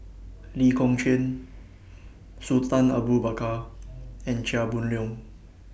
Lee Kong Chian Sultan Abu Bakar and Chia Boon Leong